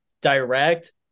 direct